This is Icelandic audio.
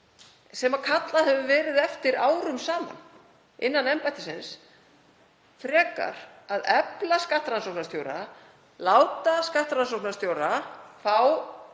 sem kallað hefur verið eftir árum saman innan embættisins, frekar að efla skattrannsóknarstjóra, láta skattrannsóknarstjóra fá